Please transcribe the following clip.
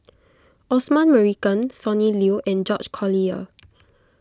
Osman Merican Sonny Liew and George Collyer